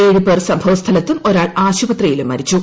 ഏഴ് പേർ സംഭവസ്ഥലത്തും ഒരാൾ ആശുപത്രിയിലും മരിച്ചു